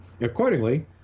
Accordingly